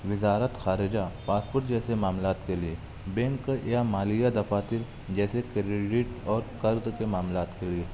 وزارت خارجہ پاسپورٹ جیسے معاملات کے لیے بینک یا مالیہ دفاتر جیسے کریڈٹ اور قرض کے معاملات کے لیے